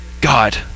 God